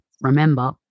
remember